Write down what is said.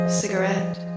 cigarette